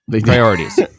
Priorities